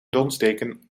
donsdeken